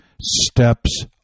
steps